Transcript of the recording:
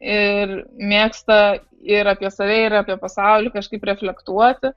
ir mėgsta ir apie save ir apie pasaulį kažkaip reflektuoti